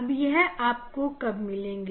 अब यह आपको कब मिलेंगे